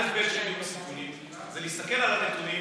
אלף-בית בסיכונים זה להסתכל על הנתונים